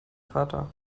vater